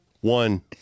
One